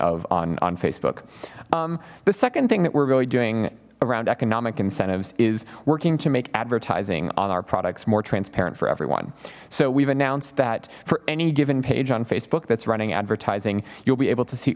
of on on facebook the second thing that we're really doing around economic incentives is working to make advertising on our products more transparent for everyone so we've announced that for any given page on facebook that's running advertising you'll be able to see